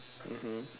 mmhmm